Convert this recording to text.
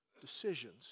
decisions